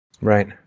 Right